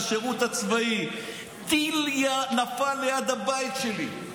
לשירות הצבאי: טיל נפל ליד הבית שלי,